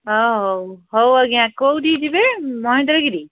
ହ ହଉ ହଉ ଆଜ୍ଞା କେଉଁଠିକୁ ଯିବେ ମହେନ୍ଦ୍ରଗିରି